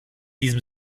diesem